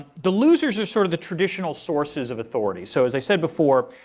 the losers are sort of the traditional sources of authority. so as i said before,